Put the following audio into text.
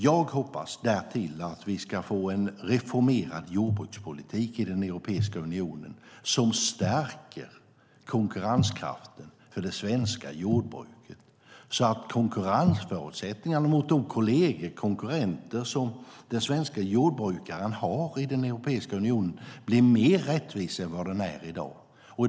Jag hoppas därtill att vi ska få en reformerad jordbrukspolitik i Europeiska unionen som stärker konkurrenskraften för det svenska jordbruket, så att konkurrensförutsättningarna mot de kolleger och konkurrenter som den svenske jordbrukaren har i Europeiska unionen blir mer rättvisa än vad de är i dag.